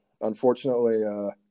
Unfortunately